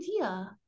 idea